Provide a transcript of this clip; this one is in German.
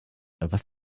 was